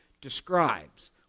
describes